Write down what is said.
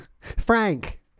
Frank